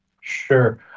Sure